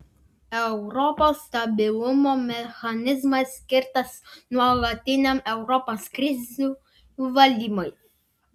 europos stabilumo mechanizmas skirtas nuolatiniam europos krizių valdymui